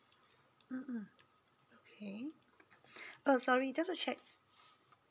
mmhmm okay uh sorry just to check